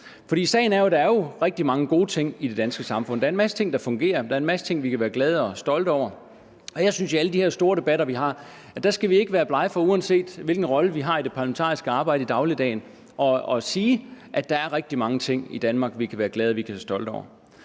For sagen er jo, at der er rigtig mange gode ting i det danske samfund. Der er en masse ting, der fungerer. Der er en masse ting, vi kan være glade og stolte over. Og jeg synes, at vi i alle de her store debatter, vi har, ikke skal være blege for – uanset hvilken rolle vi har i det parlamentariske arbejde i dagligdagen – at sige, at der er rigtig mange ting i Danmark, som vi kan være glade for og stolte over.